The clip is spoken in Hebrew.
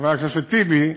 חבר הכנסת טיבי.